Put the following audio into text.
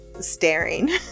staring